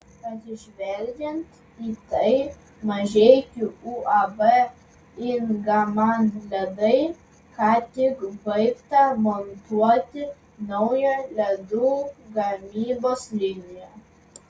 atsižvelgiant į tai mažeikių uab ingman ledai ką tik baigta montuoti nauja ledų gamybos linija